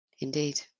Indeed